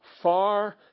far